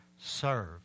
serve